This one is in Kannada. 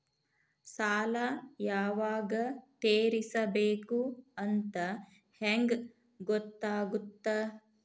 ಸಾಲ ಯಾವಾಗ ತೇರಿಸಬೇಕು ಅಂತ ಹೆಂಗ್ ಗೊತ್ತಾಗುತ್ತಾ?